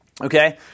Okay